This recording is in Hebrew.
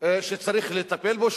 שצריך לטפל בו,